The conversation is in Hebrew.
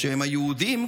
או שהיהודים,